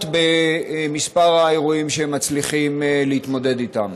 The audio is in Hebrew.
במספר האירועים שהם מצליחים להתמודד איתם?